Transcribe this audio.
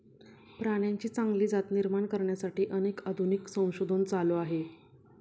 प्राण्यांची चांगली जात निर्माण करण्यासाठी अनेक आधुनिक संशोधन चालू आहे